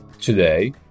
Today